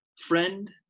friend